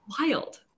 wild